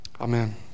Amen